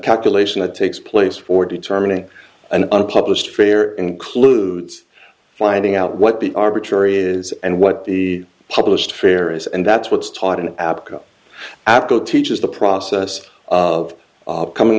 calculation that takes place for determining an unpublished fare includes finding out what the arbitrary is and what the published fare is and that's what's taught in africa apco teaches the process of coming